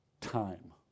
Time